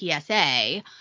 PSA